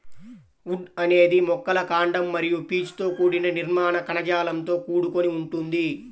would అనేది మొక్కల కాండం మరియు పీచుతో కూడిన నిర్మాణ కణజాలంతో కూడుకొని ఉంటుంది